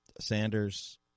Sanders